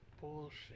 Bullshit